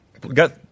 got